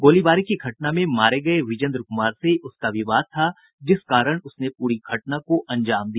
गोलीबारी की घटना में मारे गये विजेंद्र कुमार से उसका विवाद था जिस कारण उसने पूरी घटना को अंजाम दिया